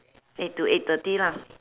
eight to eight thirty lah